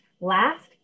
last